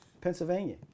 Pennsylvania